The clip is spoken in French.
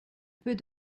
peut